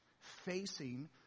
Facing